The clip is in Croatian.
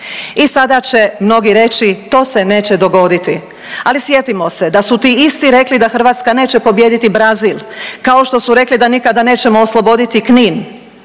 I sada će mnogi reći to se neće dogoditi, ali sjetimo se da su ti isti rekli da Hrvatska neće pobijediti Brazil kao što su rekli da nikada nećemo osloboditi Knin.